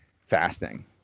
fasting